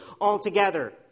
altogether